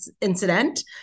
incident